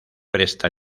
presta